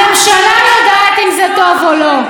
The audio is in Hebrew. הממשלה יודעת אם זה טוב או לא.